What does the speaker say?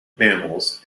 mammals